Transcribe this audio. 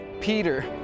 Peter